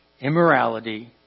immorality